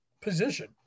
position